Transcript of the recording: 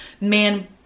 man